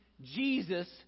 Jesus